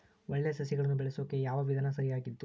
ಒಳ್ಳೆ ಸಸಿಗಳನ್ನು ಬೆಳೆಸೊಕೆ ಯಾವ ವಿಧಾನ ಸರಿಯಾಗಿದ್ದು?